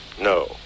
No